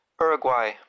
Uruguay